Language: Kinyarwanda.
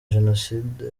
jenoside